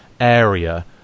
area